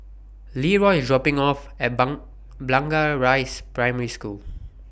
Leroy IS dropping Me off At Blangah Rise Primary School